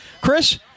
Chris